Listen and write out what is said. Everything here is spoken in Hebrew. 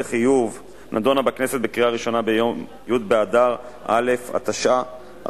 חיוב) נדונה בכנסת בקריאה ראשונה ביום י' באדר א' התשע"א,